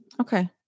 Okay